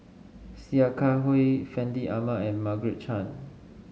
Sia Kah Hui Fandi Ahmad and Margaret Chan